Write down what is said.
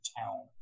town